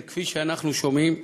כן, כפי שאנחנו שומעים.